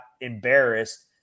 embarrassed